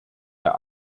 der